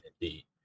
indeed